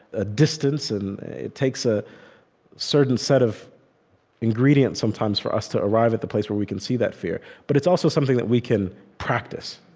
a distance. and it takes a certain set of ingredients, sometimes, for us to arrive at the place where we can see that fear. but it's also something that we can practice.